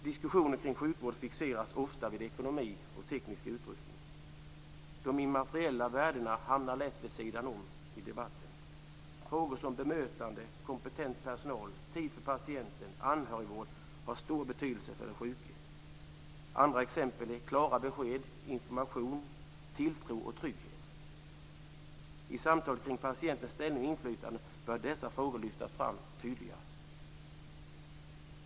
Diskussioner kring sjukvård fixeras ofta vid ekonomi och teknisk utrustning. De immateriella värdena hamnar lätt vid sidan om i debatten. Frågor som bemötande, kompetent personal, tid för patienten och anhörigvård har stor betydelse för den sjuke. Andra exempel är klara besked, information, tilltro och trygghet. I samtal kring patientens ställning och inflytande bör dessa frågor lyftas fram tydligare.